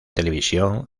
televisión